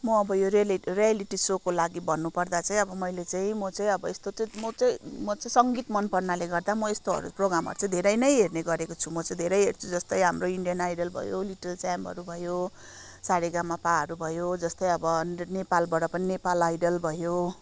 म अब यो रियालिटी सोको लागि भन्नुपर्दा चाहिँ अब मैले चाहिँ म चाहिँ अब यस्तो चाहिँ म चाहिँ म चाहिँ सङ्गीत मन पर्नाले गर्दा म यस्तोहरू प्रोग्रामहरू चाहिँ धेरै नै हेर्ने गरेको छु म चाहिँ धेरै हेर्छु जस्तै हाम्रो इन्डियन आइडल भयो लिटल च्याम्पहरू भयो सारेगामापाहरू भयो जस्तै अब नेपालाबाट पनि नेपाल आइडल भयो